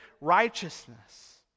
righteousness